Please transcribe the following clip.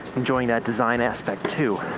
enjoying that design aspect too.